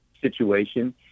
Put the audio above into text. situation